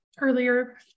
earlier